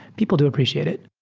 people do appreciate it.